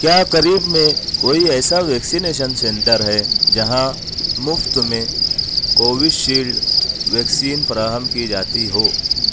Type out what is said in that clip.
کیا قریب میں کوئی ایسا ویکسینیشن سینٹر ہے جہاں مفت میں کوویڈ شیلڈ ویکسین فراہم کی جاتی ہو